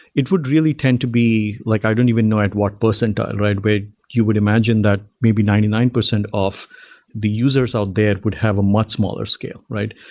it would really tend to be like i don't even know at what percentile where you would imagine that maybe ninety nine percent of the users out there would have a much smaller scale, right?